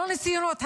לא ניסיונות,